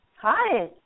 Hi